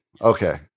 Okay